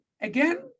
again